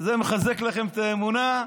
זה מחזק לכם את האמונה?